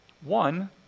One